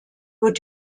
wird